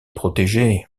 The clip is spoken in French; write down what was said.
protégé